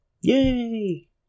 Yay